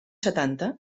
setanta